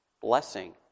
Blessing